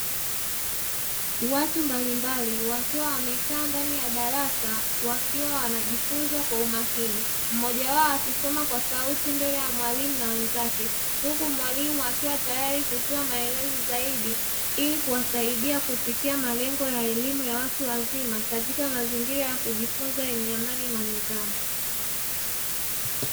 Watu mbalimbali wakiwa wamekaa ndani ya darasa wakiwa wanajifunza kwa umakini, mmoja wao akisoma kwa sauti mbele ya mwalimu na wenzake, huku mwalimu akiwa tayari kutoa maelezo zaidi ili kuwasaidia kufikia malengo ya elimu ya watu wazima katika mazingira ya kujifunza yenye amani na nidhamu.